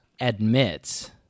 admits